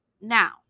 Now